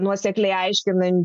nuosekliai aiškinantį